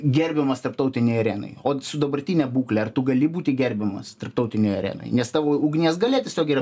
gerbiamas tarptautinėj arenoj o su dabartine būkle ar tu gali būti gerbiamas tarptautinėj arenoj nes tavo ugnies galia tiesiogiai yra